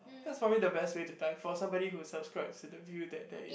that's probably the best way to die for somebody who subscribes to the view that there is